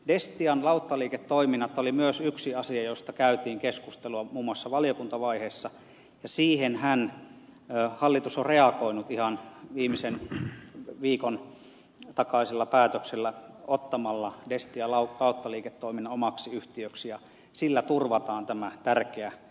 destian lauttaliiketoiminnat oli myös yksi asia josta käytiin keskustelua muun muassa valiokuntavaiheessa ja siihenhän hallitus on reagoinut ihan viimeisen viikon takaisella päätöksellä ottamalla destian lauttaliiketoiminnan omaksi yhtiöksi ja sillä turvataan tämä tärkeä peruspalvelu